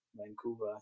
Vancouver